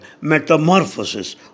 metamorphosis